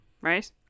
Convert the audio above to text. right